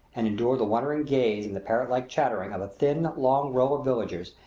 and endure the wondering gaze and the parrot-like chattering of a thin, long row of villagers,